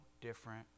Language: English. different